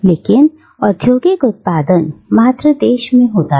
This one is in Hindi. लेकिन औद्योगिक उत्पादन मात्र देश में होता था